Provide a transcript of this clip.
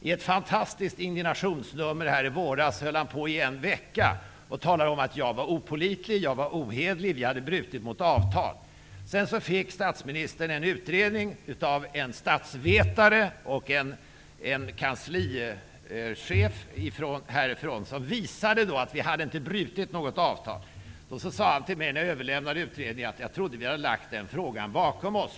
I ett fantastiskt indignationsnummer här i våras talade han i en veckas tid om att jag var opålitlig och ohederlig och sade att Ny demokrati hade brutit ett avtal. Sedan fick statsministern en utredning gjord av en statsvetare och kanslichef. Den visade att vi inte hade brutit något avtal. När jag överlämnade den utredningen sade statsministern till mig att han trodde att vi hade lagt den frågan bakom oss!